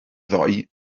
ddoe